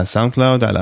SoundCloud